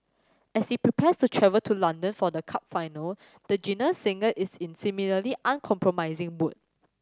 as he prepares to travel to London for the cup final the genial singer is in similarly uncompromising mood